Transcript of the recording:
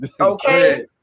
Okay